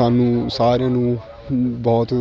ਸਾਨੂੰ ਸਾਰਿਆਂ ਨੂੰ ਬਹੁਤ